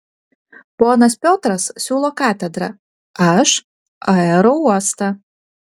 ponas piotras siūlo katedrą aš aerouostą